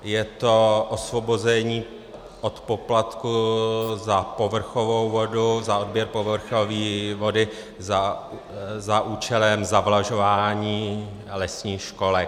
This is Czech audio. Je to osvobození od poplatku za povrchovou vodu, za odběr povrchové vody za účelem zavlažování lesních školek.